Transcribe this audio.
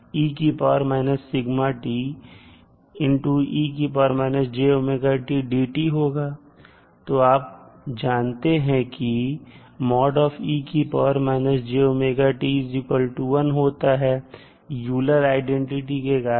तो अब आप जानते हैं कि होता है यूलर आईडेंटिटी के कारण